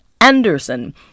Anderson